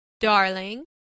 Darling